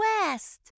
West